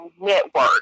network